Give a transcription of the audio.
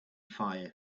fire